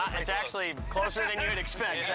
it's actually closer than you would expect,